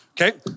Okay